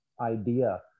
idea